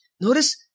Notice